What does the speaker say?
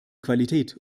qualität